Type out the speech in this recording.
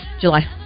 July